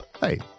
Hey